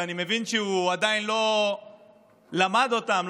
ואני מבין שהוא עדיין לא למד אותם,